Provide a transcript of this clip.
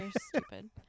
stupid